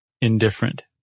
indifferent